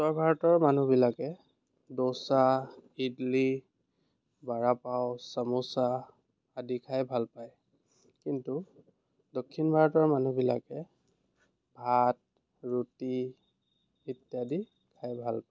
উত্তৰ ভাৰতৰ মানুহবিলাকে দ'চা ইডলী বাড়া পাও চামোচা আদি খাই ভাল পায় কিন্তু দক্ষিণ ভাৰতৰ মানুহবিলাকে ভাত ৰুটী ইত্যাদি খাই ভাল পায়